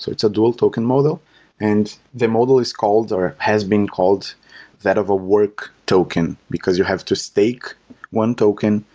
so it's a dual token model and the model is called, or has been called that of a work token, because you have to stake one token,